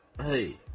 hey